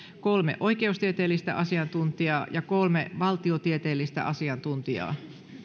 kolme oikeustieteellistä asiantuntijaa ja kolme valtiotieteellistä asiantuntijaa